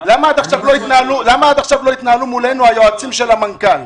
למה עד עכשיו לא התנהלו מולנו היועצים של המנכ"ל?